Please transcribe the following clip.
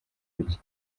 kuki